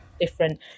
different